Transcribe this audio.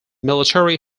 military